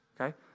okay